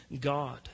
God